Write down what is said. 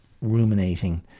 ruminating